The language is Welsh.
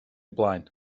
blaen